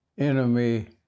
enemy